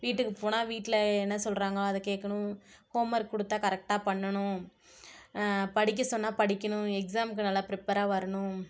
வீட்டுக்கு போனால் வீட்டில் என்ன சொல்கிறாங்களோ அதை கேட்கணும் ஹோம் ஒர்க் கொடுத்தா கரெக்டாக பண்ணனும் படிக்க சொன்னால் படிக்கணும் எக்ஸாமுக்கு நல்லா பிரிப்பராக வரணும்